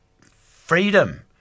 freedom